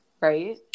right